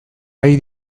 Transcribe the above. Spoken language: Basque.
ari